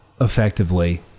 effectively